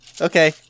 Okay